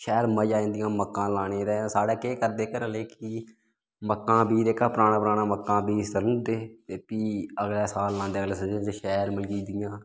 शैल मज़ा आई जंदा मक्कां लाने गी ते साढ़ै केह् करदे घरै आह्ले कि मक्कां बीऽ जेह्का पराना पराना मक्कां बीऽ सलू उड़दे ते फ्ही अगले साल लांदे